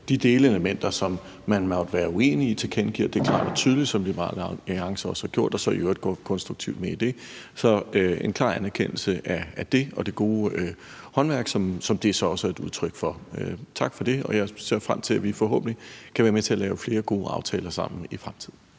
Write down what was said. de delelementer, som man måtte være uenig i, og tilkendegiver det klart og tydeligt, som Liberal Alliance også har gjort, og i øvrigt går konstruktivt med i det. Så det er en klar anerkendelse af det og det gode håndværk, som det så også er et udtryk for. Tak for det. Jeg ser frem til, at vi forhåbentlig kan være med til at lave flere gode aftaler sammen i fremtiden.